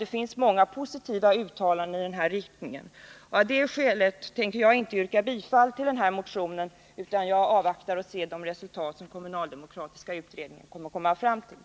Det finns många positiva uttalanden i denna riktning, och av det skälet tänker jag inte yrka bifall till motionen utan avvaktar vilka resultat som kommunaldemokratiska kommittén kommer fram till.